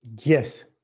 Yes